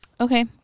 okay